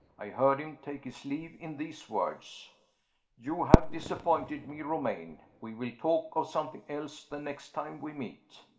i heard him take his leave in these words you have disappointed me, romayne. we will talk of something else the next time we meet.